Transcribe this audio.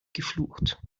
geflucht